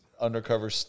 undercover